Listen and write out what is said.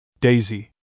Daisy